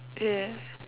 ya